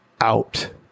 out